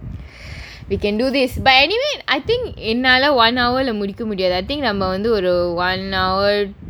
we can do this but anyway I think என்னால:ennaala one hour lah முடிக்க முடியாது:mudikka mudiyaathu I think நம்ம வந்து ஒரு:namma vanthu oru one hour two minutes